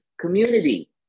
community